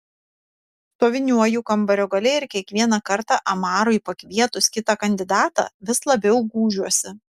stoviniuoju kambario gale ir kiekvieną kartą amarui pakvietus kitą kandidatą vis labiau gūžiuosi